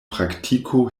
praktiko